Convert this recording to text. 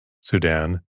Sudan